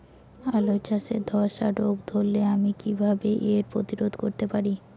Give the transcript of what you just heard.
আলু চাষে ধসা রোগ ধরলে আমি কীভাবে এর প্রতিরোধ করতে পারি?